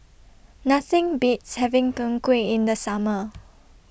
Nothing Beats having Png Kueh in The Summer